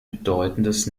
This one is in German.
bedeutendes